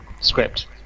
script